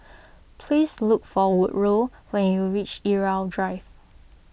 please look for Woodroe when you reach Irau Drive